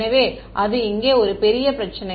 எனவே அது இங்கே ஒரு பெரிய பிரச்சினை